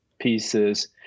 pieces